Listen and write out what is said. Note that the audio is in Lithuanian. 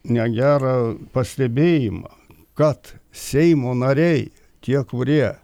negerą pastebėjimą kad seimo nariai tie kurie